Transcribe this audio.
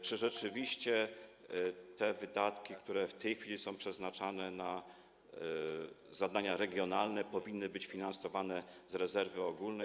Czy rzeczywiście wydatki, które w tej chwili są przeznaczane na zadania regionalne, powinny być finansowane z rezerwy ogólnej?